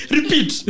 Repeat